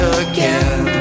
again